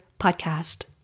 Podcast